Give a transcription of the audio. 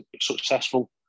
successful